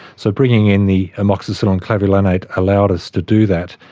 so bringing in the amoxicillin clavulanate allowed us to do that,